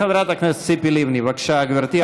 חברת הכנסת ציפי לבני, בבקשה, גברתי.